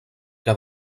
que